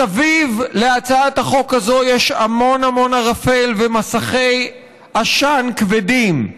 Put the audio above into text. מסביב להצעת החוק הזאת יש המון המון ערפל ומסכי עשן כבדים,